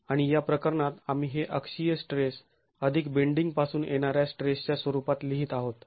आणि या प्रकरणात आम्ही हे अक्षीय स्ट्रेस अधिक बेंडींग पासून येणाऱ्या स्ट्रेसच्या स्वरूपात लिहीत आहोत